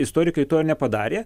istorikai to nepadarė